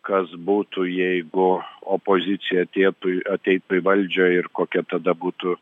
kas būtų jeigu opozicija atėtų ateitų į valdžią ir kokia tada būtų